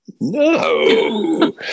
No